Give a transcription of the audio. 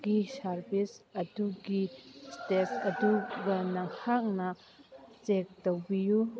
ꯒꯤ ꯁꯥꯔꯕꯤꯁ ꯑꯗꯨꯒꯤ ꯏꯁꯇꯦꯠꯁ ꯑꯗꯨꯗ ꯅꯍꯥꯛꯅ ꯆꯦꯛ ꯇꯧꯕꯤꯌꯨ